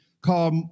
called